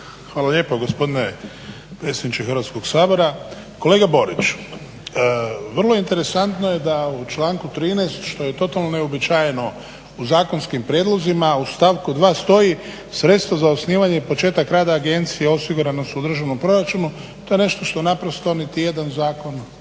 Hvala lijepo gospodine predsjedniče Hrvatskog sabora. Kolega Boriću, vrlo interesantno je da u članku 13. što je totalno neuobičajeno u zakonskim prijedlozima u stavku 2. stoji: "sredstvo za osnivanje i početak rada Agencije osigurana su u državnom proračunu." To je nešto naprosto niti jedan zakon